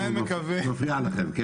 שהיא מפריעה לכם?